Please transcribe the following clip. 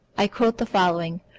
i quote the following,